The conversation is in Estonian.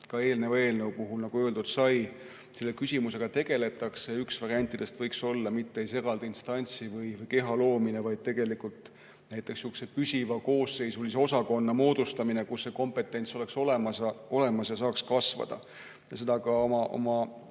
ka eelneva eelnõu puhul, nagu öeldud sai, et selle küsimusega tegeletakse. Üks variantidest võiks olla mitte eraldi instantsi või keha loomine, vaid sellise püsiva koosseisulise osakonna moodustamine, kus see kompetents oleks olemas ja saaks kasvada. Seda ka